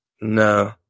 No